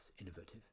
innovative